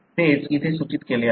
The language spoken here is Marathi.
तेच इथे सूचित केले आहे